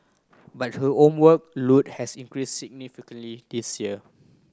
but her homework load has increase significantly this year